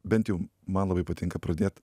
bent jau man labai patinka pradėt